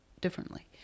differently